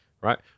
right